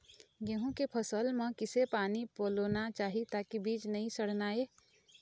गेहूं के फसल म किसे पानी पलोना चाही ताकि बीज नई सड़ना ये?